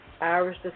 Irish